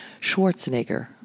schwarzenegger